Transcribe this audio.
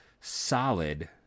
solid